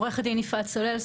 עורכת דין יפעת סולל,